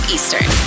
Eastern